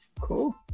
Cool